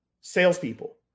salespeople